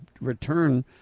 return